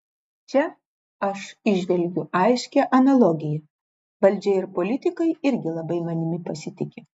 čia aš įžvelgiu aiškią analogiją valdžia ir politikai irgi labai manimi pasitiki